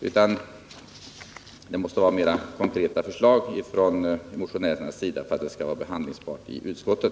Motionärerna måste lägga fram mer konkreta förslag för att de skall kunna behandlas i utskottet.